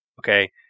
Okay